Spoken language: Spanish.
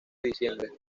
diciembre